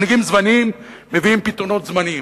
מנהיגים זמניים מביאים פתרונות זמניים.